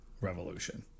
Revolution